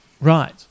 Right